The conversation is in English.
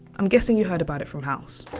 i'm guessing you heard about it from house.